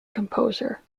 composer